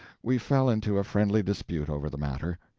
we fell into a friendly dispute over the matter.